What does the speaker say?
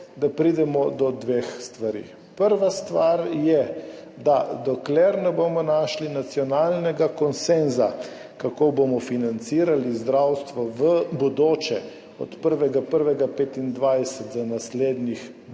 da pridemo do dveh stvari. Prva stvar je, da dokler ne bomo našli nacionalnega konsenza, kako bomo financirali zdravstvo v bodoče. Od 1. 1. 2025 za naslednjih 10 ali